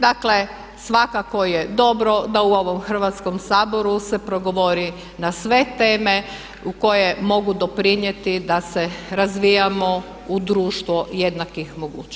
Dakle, svakako je dobro da u ovom Hrvatskom saboru se progovori na sve teme u koje mogu doprinijeti da se razvijamo u društvo jednakih mogućnosti.